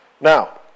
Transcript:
Now